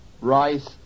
Rice